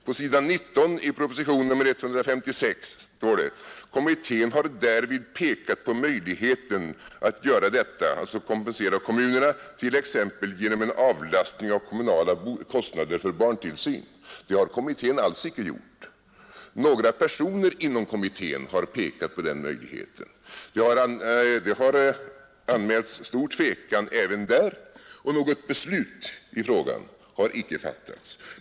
På s. 19 i propositionen 156 står det: ”Kommittén har därvid pekat på möjligheten att göra detta” — alltså kompensera kommunerna — ”t.ex. genom en avlastning av kommunala kostnader för barntillsyn.” Det har kommittén alls icke gjort. Några personer inom kommittén har pekat på den möjligheten. Det har anmälts stor tvekan även där, och något beslut i frågan har icke fattats.